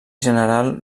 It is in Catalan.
general